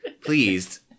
please